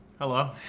Hello